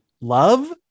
love